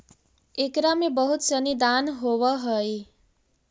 एकरा में बहुत सनी दान होवऽ हइ